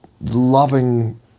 loving